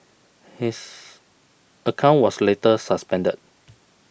his account was later suspended